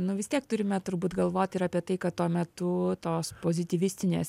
nu vis tiek turime turbūt galvot ir apie tai kad tuo metu tos pozityvistinės